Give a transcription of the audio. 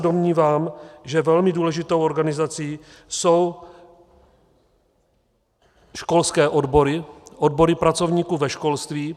Domnívám se, že velmi důležitou organizací jsou školské odbory, odbory pracovníků ve školství.